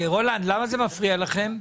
רולנד למה זה מפריע לכם?